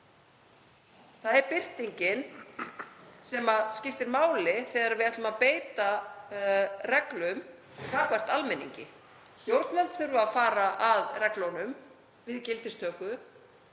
beita. Birtingin skiptir máli þegar við ætlum að beita reglum gagnvart almenningi. Stjórnvöld þurfa að fara að reglunum við gildistöku